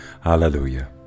Hallelujah